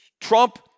Trump